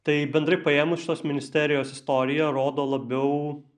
tai bendrai paėmus šitos ministerijos istorija rodo labiau